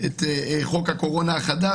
את חוק הקורונה החדש,